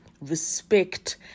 respect